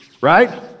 right